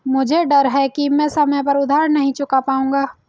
मुझे डर है कि मैं समय पर उधार नहीं चुका पाऊंगा